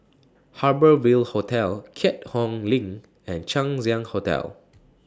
Harbour Ville Hotel Keat Hong LINK and Chang Ziang Hotel